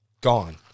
Gone